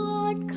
God